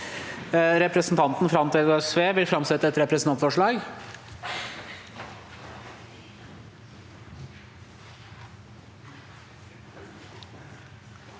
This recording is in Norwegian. Representanten Une Bast- holm vil framsette et representantforslag.